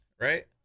right